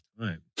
time